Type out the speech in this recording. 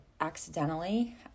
accidentally